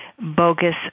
bogus